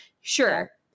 sure